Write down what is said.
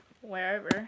wherever